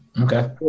Okay